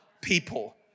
people